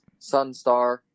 Sunstar